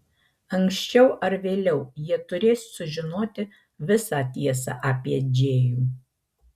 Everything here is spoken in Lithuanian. anksčiau ar vėliau jie turės sužinoti visą tiesą apie džėjų